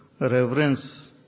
Reverence